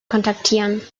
kontaktieren